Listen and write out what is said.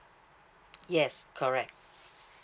yes correct